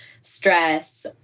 stress